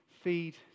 feed